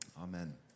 amen